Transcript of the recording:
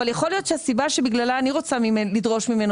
אבל יכול להיות שהסיבה שבגללה אני רוצה לדרוש ממנו